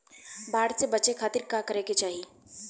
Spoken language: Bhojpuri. बाढ़ से बचे खातिर का करे के चाहीं?